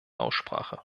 aussprache